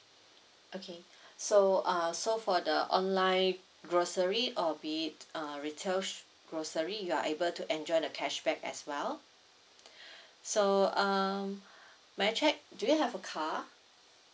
okay so uh so for the online grocery or be it uh retail sh~ grocery you are able to enjoy the cashback as well so um may I check do you have a car